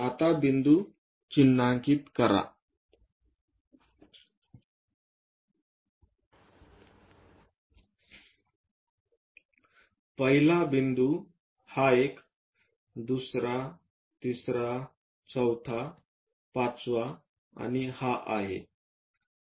आता बिंदू चिन्हांकित करा पहिला बिंदू हा एक दुसरा तिसरा चौथा पाचवा आणि हा आहे